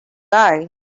guy